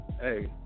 Hey